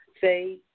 say